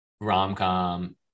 rom-com